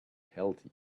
healthy